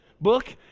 book